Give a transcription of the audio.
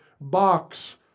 box